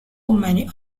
many